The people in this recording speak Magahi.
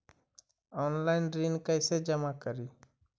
ऑनलाइन ऋण कैसे जमा करी?